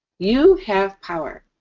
you have power.